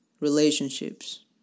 Relationships